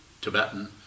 Tibetan